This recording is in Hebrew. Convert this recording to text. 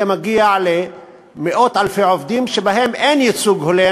זה מגיע למאות אלפי עובדים בחברות שבהן אין ייצוג הולם